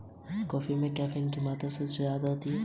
कीट संक्रमण कैसे फैलता है?